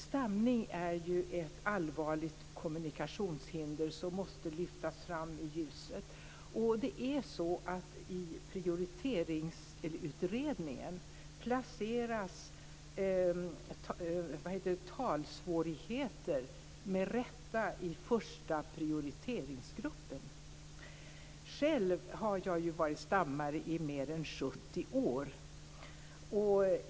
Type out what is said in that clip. Stamning är ett allvarligt kommunikationshinder som måste lyftas fram i ljuset. I Prioriteringsutredningen placeras talsvårigheter, med rätta, i första prioriteringsgruppen. Själv har jag varit stammare i mer än 70 år.